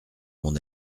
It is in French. mon